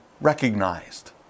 recognized